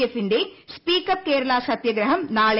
F ന്റെ speak up Kerala സത്യാഗ്രഹം നാളെ